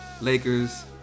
Lakers